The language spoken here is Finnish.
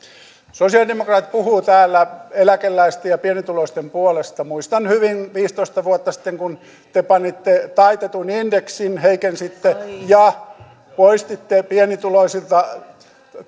sosialidemokraatit puhuvat täällä eläkeläisten ja pienituloisten puolesta muistan hyvin viisitoista vuotta sitten kun te panitte taitetun indeksin heikensitte ja poistitte pienituloisilta